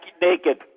naked